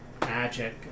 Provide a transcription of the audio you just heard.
magic